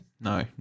No